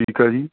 ਠੀਕ ਆ ਜੀ